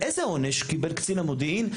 איזה עונש קיבל קצין המודיעין,